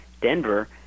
Denver